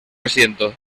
asiento